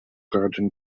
garden